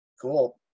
cool